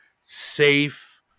safe